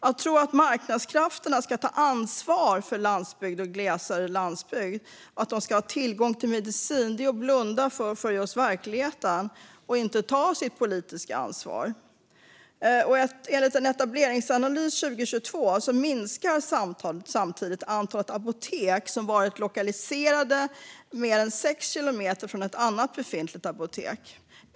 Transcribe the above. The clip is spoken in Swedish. Att tro att marknadskrafterna ska ta ansvar för att landsbygd och glesare landsbygd ska ha tillgång till medicin är att blunda för verkligheten och inte ta sitt politiska ansvar. Enligt en etableringsanalys 2022 minskar samtidigt antalet apotek som varit lokaliserade mer än sex kilometer från ett annat befintligt apotek.